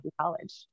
college